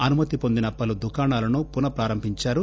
అనుమతి పొందిన పలు దుకాణాలను పునప్రారంభించారు